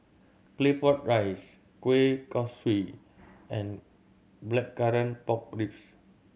Claypot Rice kueh kosui and Blackcurrant Pork Ribs